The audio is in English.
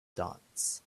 dots